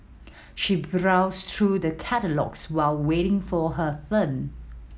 she browsed through the catalogues while waiting for her turn